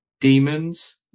demons